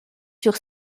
sur